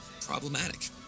problematic